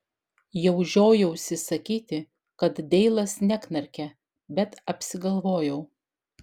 jau žiojausi sakyti kad deilas neknarkia bet apsigalvojau